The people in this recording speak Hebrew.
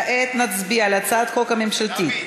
כעת נצביע על הצעת החוק הממשלתית,